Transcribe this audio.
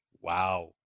wow